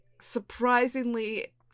surprisingly